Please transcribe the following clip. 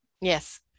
Yes